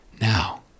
Now